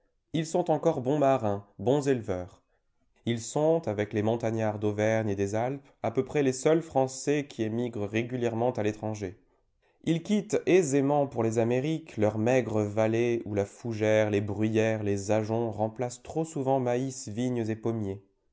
ils sont encore bons marins bons éleveurs ils sont avec les montagnards d'auvergne et des alpes à peu près les seuls français qui émigrent régulièrement à l'étranger ils quittent aisément pour les amériques leurs maigres vallées où la fougère les bruyères les ajoncs remplacent trop souvent maïs vignes et pommiers